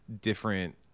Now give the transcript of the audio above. different